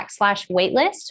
waitlist